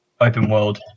open-world